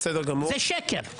זה שקר.